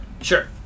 Sure